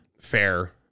fair